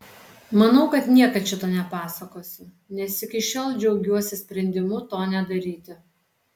manau kad niekad šito nepasakosiu nes iki šiol džiaugiuosi sprendimu to nedaryti